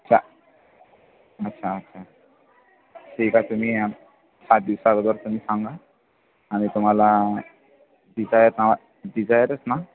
चार अच्छा अच्छा ठीक आहे तुम्ही सात दिवसाबरोबर तुम्ही सांगा आणि तुम्हाला डिजायर ना डिजायरच ना